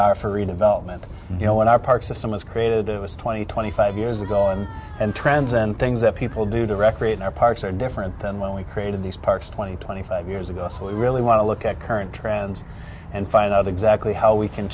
are for redevelopment you know when our park system was created it was twenty twenty five years ago and and trends and things that people do to recreate our parks are different than when we created these parks twenty twenty five years ago so we really want to look at current trends and find out exactly how we c